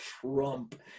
Trump